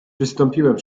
przystąpiłem